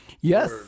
Yes